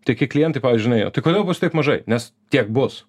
tai kai klientai pavyzdžiui žinai o tai kodėl taip mažai nes tiek bus